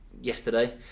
yesterday